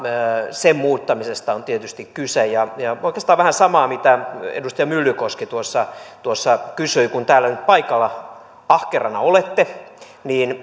sen muuttamisesta on tietysti kyse kysyn oikeastaan vähän samaa mitä edustaja myllykoski tuossa tuossa kysyi kun nyt täällä paikalla ahkerana olette niin